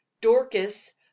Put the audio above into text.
dorcas